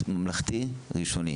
בריאות ראשוני.